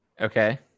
Okay